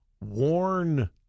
Warn